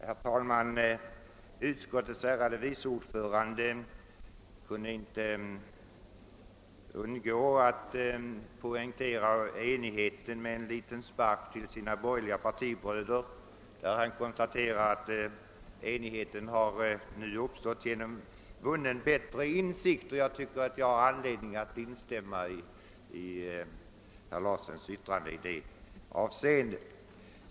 Herr talman! Utskottets ärade vice ordförande kunde inte undgå att poängtera enigheten utan att samtidigt ge en liten spark åt sina borgerliga partibröder. Han konstaterade att enighet nu uppstått genom »en efter hand vunnen bättre insikt«. Jag finner att jag har all anledning att instämma i herr Larssons i Luttra yttrande i det avseendet.